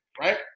right